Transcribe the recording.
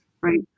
right